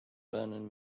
vernon